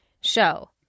show